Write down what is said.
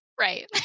Right